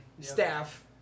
staff